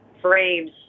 frames